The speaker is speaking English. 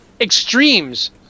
extremes